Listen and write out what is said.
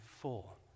full